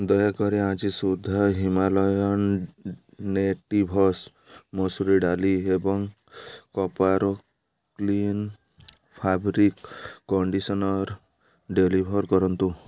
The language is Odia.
ଦୟାକରି ଆଜି ସୁଦ୍ଧା ହିମାଲୟାନ୍ ନେଟିଭ୍ସ୍ ମସୁରୀ ଡାଲି ଏବଂ କୋପାରୋ କ୍ଲିନ୍ ଫାବ୍ରିକ୍ କଣ୍ଡିସନର୍ ଡେଲିଭର୍ କରନ୍ତୁ